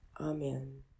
Amen